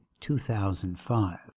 2005